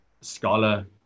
scholar